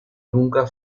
nunca